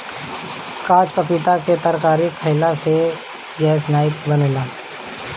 काच पपीता के तरकारी खयिला से गैस नाइ बनेला